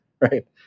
right